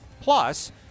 Plus